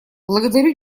благодарю